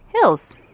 hills